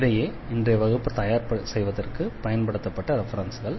இவையே இன்றைய வகுப்பை தயார்செய்வதற்கு பயன்படுத்தப்பட்ட ரெஃபரென்ஸ்கள்